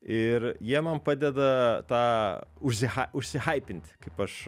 ir jie man padeda tą užsiha užsihaipinti kaip aš